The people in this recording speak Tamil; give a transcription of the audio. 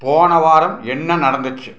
போன வாரம் என்ன நடந்துச்சு